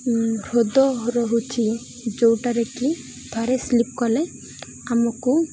ହ୍ରଦ ରହୁଛି ଯେଉଁଟାରେ କି ଥରେ ସ୍ଲିପ୍ କଲେ ଆମକୁ